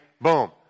Boom